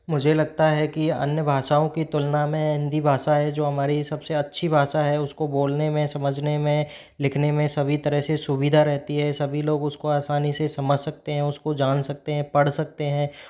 मुझे लगता है कि अन्य भाषाओं की तुलना में हिंदी भाषा है जो हमारी सबसे अच्छी भाषा है उसको बोलने में समझने में लिखने में सभी तरह से सुविधा रहती है सभी लोग उसको आसानी से समझ सकते हैं उसको जान सकते हैं पढ़ सकते हैं